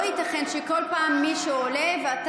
לא ייתכן שכל פעם מישהו עולה,